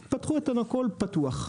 פתחו, הכל פתוח.